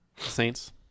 Saints